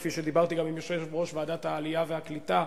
כפי שדיברתי גם עם יושב-ראש ועדת העלייה והקליטה,